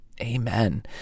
Amen